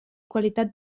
qualitat